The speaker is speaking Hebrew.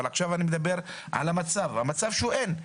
עכשיו אני מדבר על המצב והמצב הוא שאין קליטה.